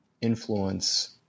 influence